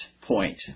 point